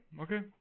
Okay